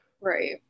Right